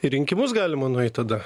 į rinkimus galima nueit tada